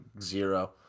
Zero